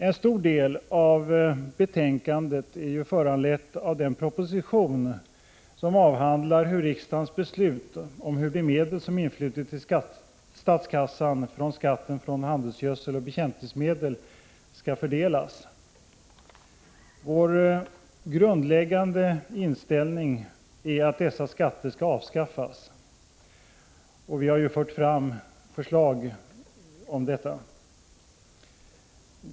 En stor del av betänkandet är föranlett av den proposition som avhandlar riksdagens beslut om hur de medel som har influtit till statskassan från skatten på handelsgödsel och bekämpningsmedel skall fördelas. Vår grundläggande inställning är att dessa skatter skall avskaffas, och vi har fört fram förslag om detta.